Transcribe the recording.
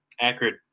accurate